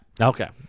Okay